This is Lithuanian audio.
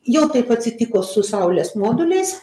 jau taip atsitiko su saulės moduliais